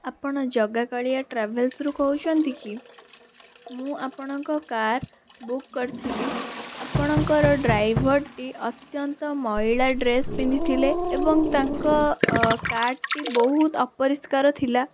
ଆପଣ ଜଗାକାଳିଆ ଟ୍ରାଭେଲ୍ସ୍ରୁ କହୁଛନ୍ତି କି ମୁଁ ଆପଣଙ୍କ କାର୍ ବୁକ୍ କରିଥିଲି ଆପଣଙ୍କର ଡ୍ରାଇଭର୍ଟି ଅତ୍ୟନ୍ତ ମଇଳା ଡ୍ରେସ୍ ପିନ୍ଧିଥିଲେ ଏବଂ ତାଙ୍କ କାର୍ଟି ବହୁତ ଅପରିଷ୍କାର ଥିଲା